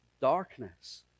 darkness